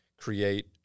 create